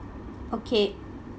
okay